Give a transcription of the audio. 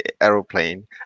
aeroplane